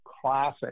classic